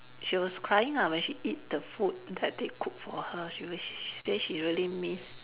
she was crying ah when she eat the food that they cook for her she w~ she say she really miss